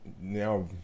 now